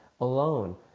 alone